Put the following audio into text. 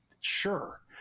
sure